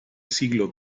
siglo